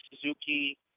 Suzuki